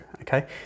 Okay